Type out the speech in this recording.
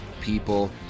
people